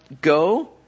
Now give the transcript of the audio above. Go